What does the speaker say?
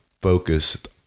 focused